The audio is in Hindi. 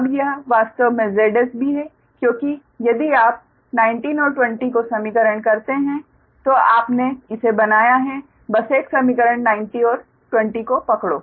अब यह वास्तव में ZsB है क्योंकि यदि आप 19 और 20 को समीकरण करते हैं तो आपने इसे बनाया है बस एक समीकरण 19 और 20 को पकड़ो